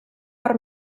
per